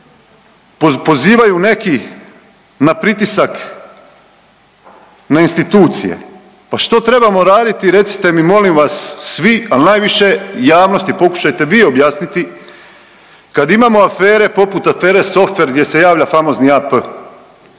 pozivaju neki na pritisak, na institucije. Pa što trebamo raditi recite mi molim vas svi, ali najviše javnost pokušajte vi objasniti kad imamo afere poput afere Softver gdje se javlja famozni AP.